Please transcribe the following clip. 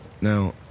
Now